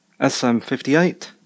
SM58